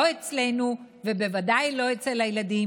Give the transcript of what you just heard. לא אצלנו ובוודאי לא אצל הילדים,